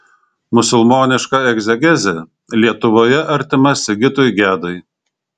musulmoniška egzegezė lietuvoje artima sigitui gedai